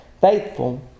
faithful